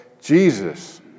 Jesus